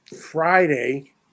Friday